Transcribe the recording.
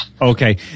Okay